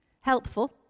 Helpful